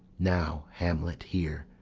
now, hamlet, hear.